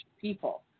people